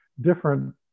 different